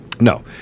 No